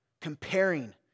comparing